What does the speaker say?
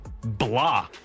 blah